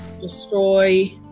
destroy